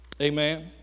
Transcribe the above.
Amen